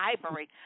Ivory